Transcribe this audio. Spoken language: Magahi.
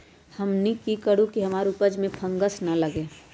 हमनी की करू की हमार उपज में फंगस ना लगे?